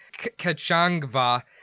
Kachangva